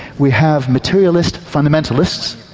we have materialist fundamentalists,